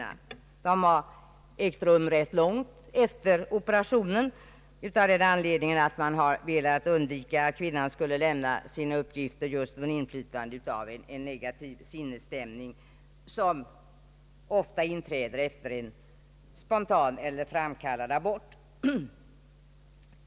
Intervjuerna har ägt rum rätt långt efter operationen av den anledningen att man har velat undvika att kvinnorna skulle lämna sina uppgifter under inflytande av en negativ sinnesstämning, som ofta inträder efter en spontan eller framkallad abort.